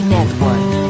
Network